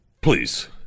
Please